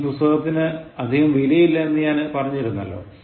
ഈ പുസ്തകത്തിന് അധികം വിലയില്ല എന്ന് ഞാൻ പറഞ്ഞിരുന്നല്ലോ